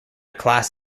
class